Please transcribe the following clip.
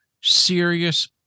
serious